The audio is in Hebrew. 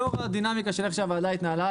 לאור הדינמיקה איך שהוועדה התנהלה,